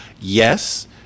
yes